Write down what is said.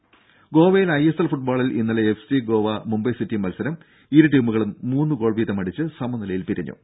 രുര ഗോവയിൽ ഐഎസ്എൽ ഫുട്ബോളിൽ ഇന്നലെ എഫ്സി ഗോവ മുംബൈ സിറ്റി മത്സരം ഇരു ടീമുകളും മൂന്ന് ഗോൾ വീതം അടിച്ച് സമനിലയിൽ പിരിഞ്ഞു